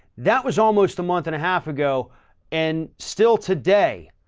that was almost a month and a half ago and still today,